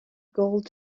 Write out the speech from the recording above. gold